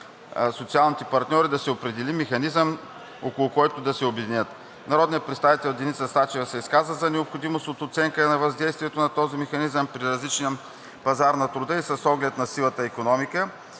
социалните партньори да се определи механизъм, около който да се обединят. Народният представител Деница Сачева се изказа за необходимост от оценка на въздействието на този механизъм при различен пазар на труда и с оглед на сивата икономика.